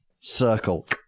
circle